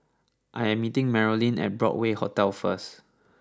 I am meeting Marolyn at Broadway Hotel first